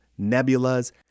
nebulas